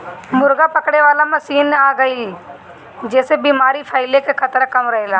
मुर्गा पकड़े वाला मशीन के आ जईला से बेमारी फईले कअ खतरा कम रहेला